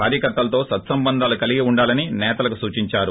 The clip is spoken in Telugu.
కార్యకర్తలతో సత్సంబంధాలు కలిగి ఉండాలని నేతలకు సూచించారు